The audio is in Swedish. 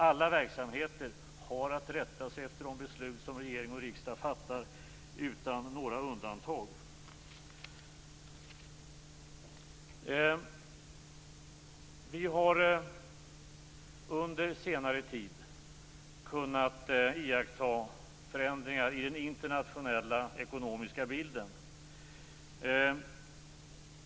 Alla verksamheter har att rätta sig efter de beslut som regering och riksdag fattar, utan några undantag. Vi har under senare tid kunnat iaktta förändringar i den internationella ekonomiska bilden.